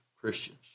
Christians